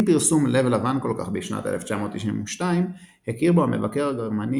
עם פרסום "לב לבן כל כך" בשנת 1992 הכיר בו המבקר הגרמני